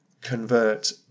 convert